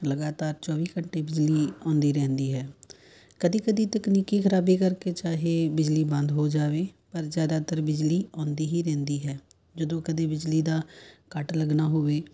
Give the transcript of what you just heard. ਲਗਾਤਾਰ ਚੌਵੀ ਘੰਟੇ ਬਿਜਲੀ ਆਉਂਦੀ ਰਹਿੰਦੀ ਹੈ ਕਦੀ ਕਦੀ ਤਕਨੀਕੀ ਖ਼ਰਾਬੀ ਕਰਕੇ ਚਾਹੇ ਬਿਜਲੀ ਬੰਦ ਹੋ ਜਾਵੇ ਪਰ ਜ਼ਿਆਦਾਤਰ ਬਿਜਲੀ ਆਉਂਦੀ ਹੀ ਰਹਿੰਦੀ ਹੈ ਜਦੋਂ ਕਦੇ ਬਿਜਲੀ ਦਾ ਕੱਟ ਲੱਗਣਾ ਹੋਵੇ